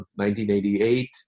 1988